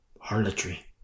Harlotry